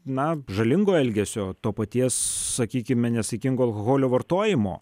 na žalingo elgesio to paties sakykime nesaikingo alkoholio vartojimo